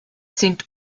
sind